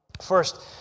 First